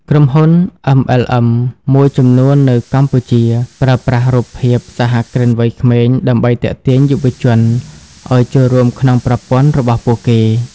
ក្រុមហ៊ុន MLM មួយចំនួននៅកម្ពុជា ប្រើប្រាស់រូបភាព "សហគ្រិនវ័យក្មេង" ដើម្បីទាក់ទាញយុវជនឱ្យចូលរួមក្នុងប្រព័ន្ធរបស់ពួកគេ។